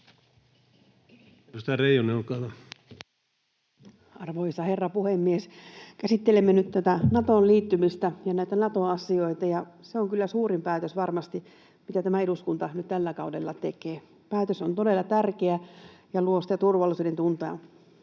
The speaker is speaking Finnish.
Arvoisa herra puhemies! Käsittelemme nyt tätä Natoon liittymistä ja näitä Nato-asioita, ja se on kyllä suurin päätös varmasti, mitä tämä eduskunta tällä kaudella tekee. Päätös on todella tärkeä ja luo sitä turvallisuuden tuntoa